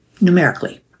numerically